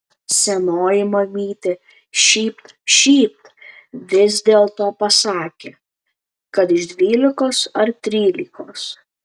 senoji mamytė šypt šypt vis dėlto pasakė kad iš dvylikos ar trylikos